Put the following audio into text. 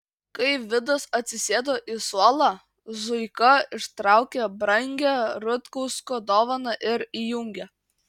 kai vidas atsisėdo į suolą zuika ištraukė brangią rutkausko dovaną ir įjungė